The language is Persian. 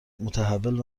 متحول